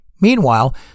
Meanwhile